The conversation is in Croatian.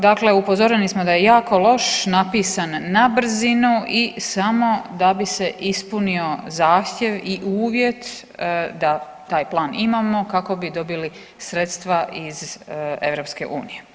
Dakle, upozoreni smo da je jako loš, napisan na brzinu i samo da bi se ispunio zahtjev i uvjet da taj plan imamo kako bi dobili sredstva iz EU.